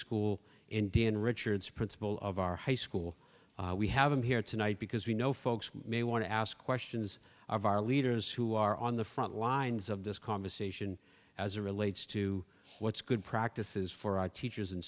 reschooling indian richards principal of our high school we have him here tonight because we know folks may want to ask questions of our leaders who are on the front lines of this conversation as a relates to what's good practices for our teachers and